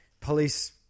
Police